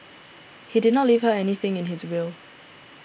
he did not leave her anything in his will